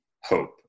hope